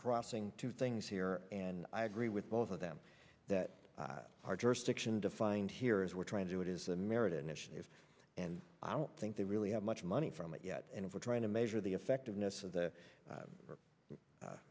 crossing two things here and i agree with both of them that our jurisdiction defined here is we're trying to do it is a merit initiative and i don't think they really have much money from it yet and if we're trying to measure the effectiveness of